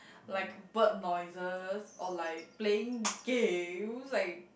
like bird noises or like playing games like